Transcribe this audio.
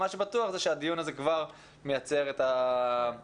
מה שבטוח זה שהדיון הזה כבר מייצר את השינויים.